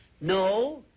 No